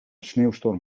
sneeuwstorm